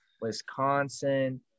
Wisconsin